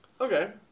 Okay